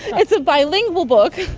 it's a bilingual book,